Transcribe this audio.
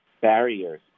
barriers